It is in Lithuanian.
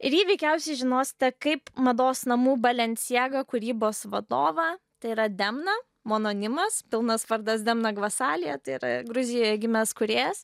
ir jį veikiausiai žinosite kaip mados namų balenciaga kūrybos vadovą tai yra demna mononimas pilnas vardas demna gvasalija tai yra gruzijoje gimęs kūrėjas